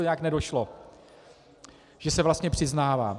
Nějak mu nedošlo, že se vlastně přiznává.